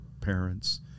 parents